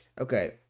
Okay